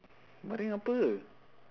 baring apa